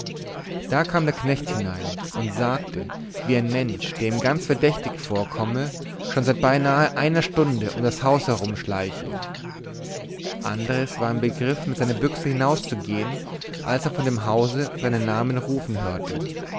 da kam der knecht hinein und sagte wie ein mensch der ihm ganz verdächtig vorkomme schon seit beinahe einer stunde um das haus herumschleiche andres war im begriff mit seiner büchse hinauszugehen als er vor dem hause seinen namen rufen hörte